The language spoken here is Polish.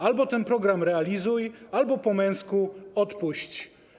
Albo ten program realizuj, albo po męsku odpuść.